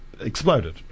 exploded